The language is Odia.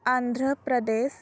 ଆନ୍ଧ୍ରପ୍ରଦେଶ